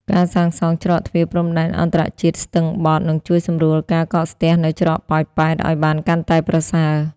ការសាងសង់ច្រកទ្វារព្រំដែនអន្តរជាតិស្ទឹងបត់ នឹងជួយសម្រួលការកកស្ទះនៅច្រកប៉ោយប៉ែតឱ្យបានកាន់តែប្រសើរ។